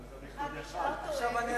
עכשיו אני,